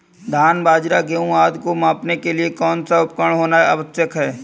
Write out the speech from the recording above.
धान बाजरा गेहूँ आदि को मापने के लिए कौन सा उपकरण होना आवश्यक है?